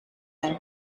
named